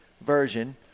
version